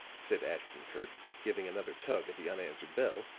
said ashton-kirk, giving another tug at the unanswered bell,